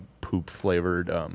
poop-flavored